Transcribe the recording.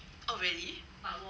oh really